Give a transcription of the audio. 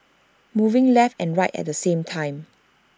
moving left and right at the same time